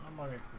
money